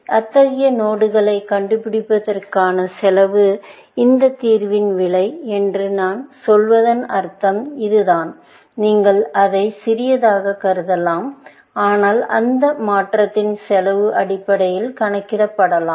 எனவே அத்தகைய நோடுகளைக் கண்டுபிடிப்பதற்கான செலவு இந்த தீர்வின் விலை என்று நான் சொல்வதன் அர்த்தம் இதுதான் நீங்கள் அதை சிறியதாகக் கருதலாம் ஆனால் அந்த மாற்றத்திற்கான செலவு அடிப்படையில் கணக்கிடப்படலாம்